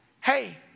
hey